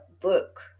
book